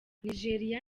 nigeria